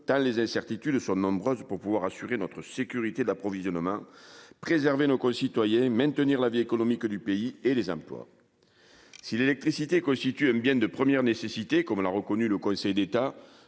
tant les incertitudes sont nombreuses pour assurer notre sécurité d'approvisionnement, préserver nos concitoyens, maintenir la vie économique du pays et les emplois. Si l'électricité constitue un bien de première nécessité, comme l'a admis le Conseil d'État,